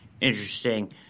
Interesting